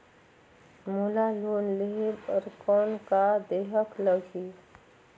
मोला लोन लेहे बर कौन का देहेक लगही?